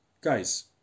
Guys